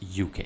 UK